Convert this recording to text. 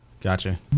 Gotcha